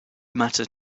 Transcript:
matters